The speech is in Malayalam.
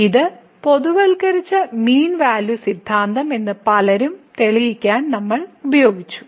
ഈ പൊതുവൽക്കരിച്ച മീൻ വാല്യൂ സിദ്ധാന്തം ഇന്ന് പലതും തെളിയിക്കാൻ നമ്മൾ ഉപയോഗിക്കും